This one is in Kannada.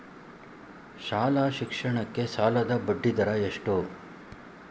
ಶಾಲಾ ಶಿಕ್ಷಣಕ್ಕೆ ಸಾಲದ ಬಡ್ಡಿದರ ಎಷ್ಟು?